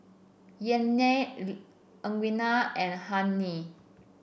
Yaynard Edwina and Hennie